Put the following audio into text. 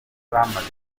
bamaze